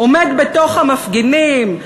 עומד בתוך המפגינים,